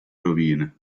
rovine